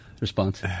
response